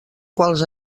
quals